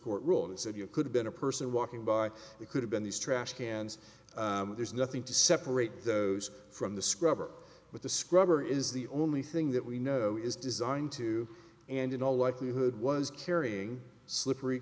court ruled and said you could have been a person walking by it could have been these trash cans there's nothing to separate those from the scrub or with the scrubber is the only thing that we know is designed to and in all likelihood was carrying slippery